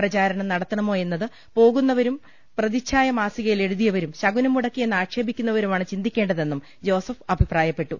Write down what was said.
പ്രചാരണം നടത്തണമോ എന്നത് പോകുന്നവരും പ്രതിച്ചായ മാസികയിൽ എഴുതിയവരും ശകു നംമുടക്കി എന്ന് ആക്ഷേപിക്കുന്നവരുമാണ് ചിന്തിക്കേണ്ടതെന്നും ജോസഫ് അഭിപ്രായപ്പെട്ടു